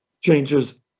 changes